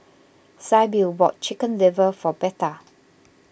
Sybil bought Chicken Liver for Betha